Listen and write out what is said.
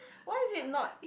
why is it not